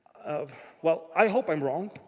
um well, i hope i'm wrong.